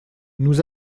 nous